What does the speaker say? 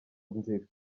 nzira